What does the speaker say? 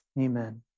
amen